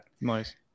Nice